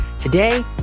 Today